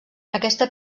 aquesta